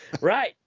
Right